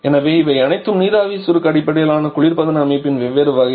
எனவே இவை அனைத்தும் நீராவி சுருக்க அடிப்படையிலான குளிர்பதன அமைப்பின் வெவ்வேறு வகைகள்